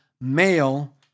male